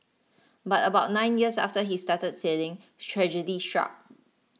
but about nine years after he started sailing tragedy struck